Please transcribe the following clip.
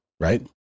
right